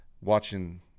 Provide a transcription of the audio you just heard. watching –